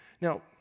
Now